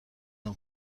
این